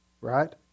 right